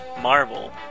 Marvel